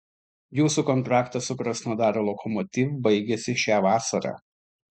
jūsų kontraktas su krasnodaro lokomotiv baigiasi šią vasarą